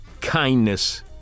kindness